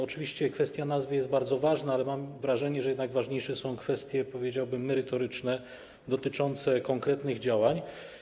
Oczywiście kwestia nazwy jest bardzo ważna, ale mam wrażenie, że jednak ważniejsze są kwestie, powiedziałbym, merytoryczne dotyczące konkretnych działań.